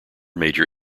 major